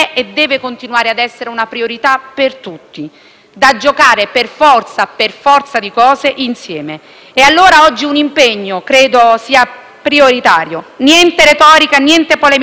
da giocare per forza di cose insieme. E allora oggi un impegno credo sia prioritario: niente retorica e niente polemica politica sulla pelle e sul corpo delle donne. Niente,